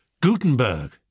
Gutenberg